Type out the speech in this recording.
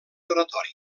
oratori